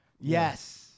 Yes